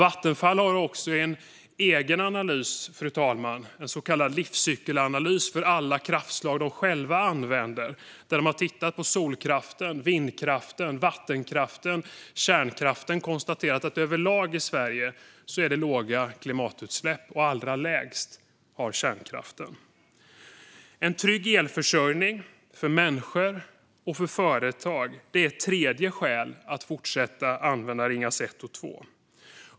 Vattenfall har också i en egen livscykelanalys för alla kraftslag de själva använder - solkraft, vindkraft, vattenkraft och kärnkraft - konstaterat att de överlag har låga klimatutsläpp, och allra lägst har kärnkraften. En trygg elförsörjning för människor och företag är ett tredje skäl att fortsätta att använda Ringhals 1 och 2.